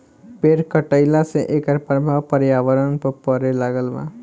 पेड़ कटईला से एकर प्रभाव पर्यावरण पर पड़े लागल बा